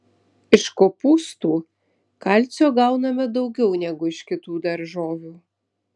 iš kopūstų kalcio gauname daugiau negu iš kitų daržovių